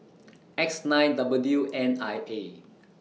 X nine W N I A